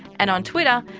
and on twitter,